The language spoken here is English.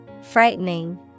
Frightening